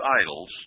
idols